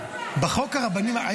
בחוק הרבנים,